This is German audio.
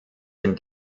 ein